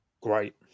Great